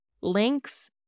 links